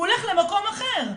הוא הולך למקום אחר.